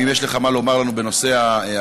האם יש לך מה לומר לנו בנושא ההקלטה